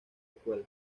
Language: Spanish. escuela